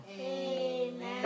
Amen